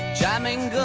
jamming